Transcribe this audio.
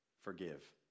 forgive